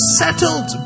settled